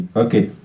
okay